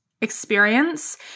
experience